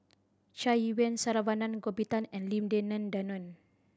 Chai Yee Wei Saravanan Gopinathan and Lim Denan Denon